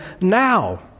now